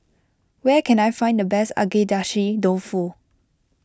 where can I find the best Agedashi Dofu